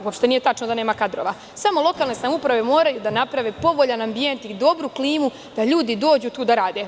Uopšte nije tačno da nema kadrova, samo lokalne samouprave moraju da naprave povoljan ambijent i dobru klimu, da ljudi dođu tu i da rade.